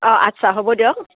অঁ আচ্ছা হ'ব দিয়ক